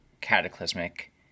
cataclysmic